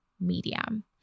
medium